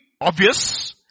obvious